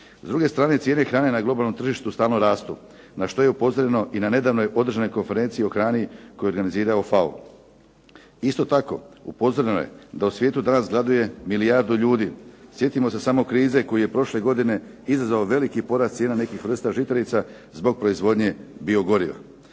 S druge strane, cijene hrane na globalnom tržištu stalno rastu na što je upozoreno i na nedavnoj održanoj konferenciji o hrani koju je organizirao FAO. Isto tako, upozoreno je da u svijetu danas gladuje milijardu ljudi. Sjetimo se samo krize koju je prošle godine izazvao veliki porast cijena nekih vrsta žitarica zbog proizvodnje bio goriva.